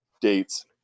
dates